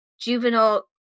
juvenile